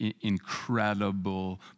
incredible